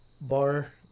bar